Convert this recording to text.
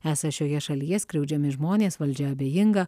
esą šioje šalyje skriaudžiami žmonės valdžia abejinga